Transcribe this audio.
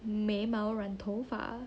眉毛染头发